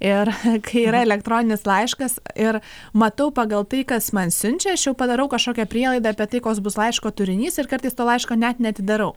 ir kai yra elektroninis laiškas ir matau pagal tai kas man siunčia aš jau padarau kažkokią prielaidą apie tai koks bus laiško turinys ir kartais to laiško net neatidarau